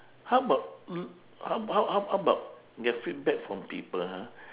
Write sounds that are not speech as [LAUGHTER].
how about [NOISE] how how how about get feedback from people ha